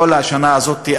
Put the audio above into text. כל השנה הזאת,